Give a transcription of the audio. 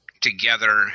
together